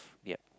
yup